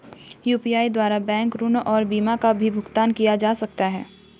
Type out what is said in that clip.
UPI द्वारा bank ऋण और बीमा का भी भुगतान किया जा सकता है?